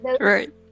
Right